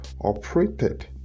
operated